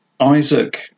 Isaac